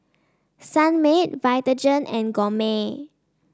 Sunmaid Vitagen and Gourmet